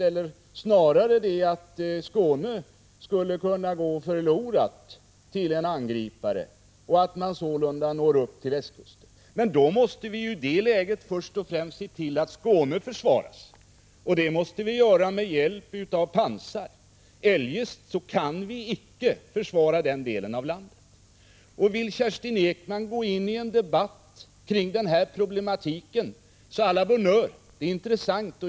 Snarare finns det en risk för att Skåne skulle kunna gå förlorat till en angripare, som sålunda når upp till västkusten. Men i detta läge måste vi ju först och främst se till att Skåne försvaras, och det måste vi göra med hjälp av pansar. Eljest kan vi icke försvara den delen av landet. Vill Kerstin Ekman gå in på en debatt kring den här problematiken, så å la bonne heure — det är intressant.